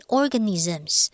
organisms